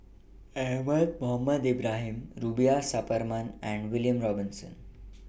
Ahmad Mohamed Ibrahim Rubiah Suparman and William Robinson